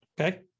Okay